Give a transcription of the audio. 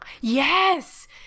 Yes